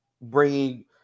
bringing